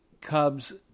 Cubs